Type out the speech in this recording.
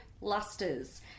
Lusters